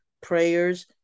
prayers